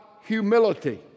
humility